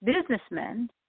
businessmen